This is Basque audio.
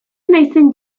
naizen